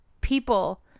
people